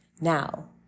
Now